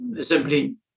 simply